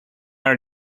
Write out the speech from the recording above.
are